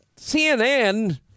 CNN